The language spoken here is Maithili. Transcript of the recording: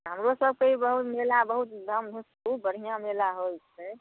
हमरो सबके ई बहुत मेला बहुत गाँवमे खूब बढ़िआँ मेला होइत छै